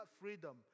freedom